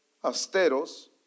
asteros